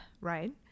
right